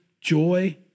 joy